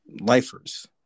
lifers